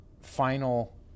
final